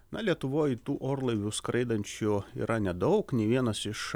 na lietuvoj tų orlaivių skraidančių yra nedaug nei vienas iš